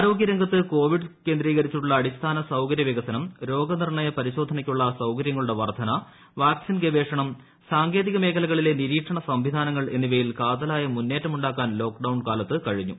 ആരോഗൃരംഗത്ത് covid കേന്ദ്രീകരിച്ചുള്ള അടിസ്ഥാന സൌകര്യ വികസനം രോഗ നിർണയ പരിശോധനയ്ക്കുള്ള സൌകര്യങ്ങളുടെ വർദ്ധന വാക്സിൻ ഗവേഷണം സാങ്കേതിക മേഖലകളിലെ നിരീക്ഷണ സംവിധാനങ്ങൾ എന്നിവയിൽ കാതലായ മുന്നേറ്റമുണ്ടാക്കാൻ ലോക്ഡൌൺ കാലത്തു കഴിഞ്ഞു